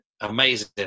amazing